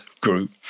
group